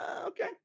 okay